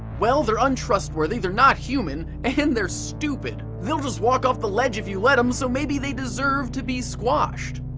well they're untrustworthy, they're not even human, and they're stupid they'll just walk off the ledge if you let them so maybe they deserve to be squashed.